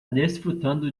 desfrutando